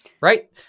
Right